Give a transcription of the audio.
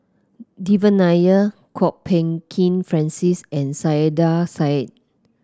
Devan Nair Kwok Peng Kin Francis and Saiedah Said